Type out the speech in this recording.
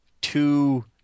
two